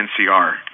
NCR